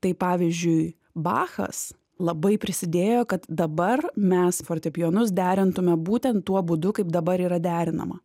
tai pavyzdžiui bachas labai prisidėjo kad dabar mes fortepijonus derintume būtent tuo būdu kaip dabar yra derinama